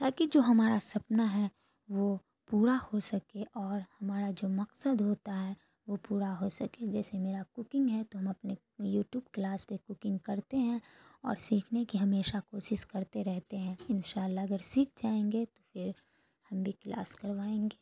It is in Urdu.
تاکہ جو ہمارا سپنا ہے وہ پورا ہو سکے اور ہمارا جو مقصد ہوتا ہے وہ پورا ہو سکے جیسے میرا کوکنگ ہے تو ہم اپنے یوٹیوب کلاس پہ کوکنگ کرتے ہیں اور سیکھنے کی ہمیشہ کوشش کرتے رہتے ہیں ان شاء اللہ اگر سیکھ جائیں گے تو پھر ہم بھی کلاس کروائیں گے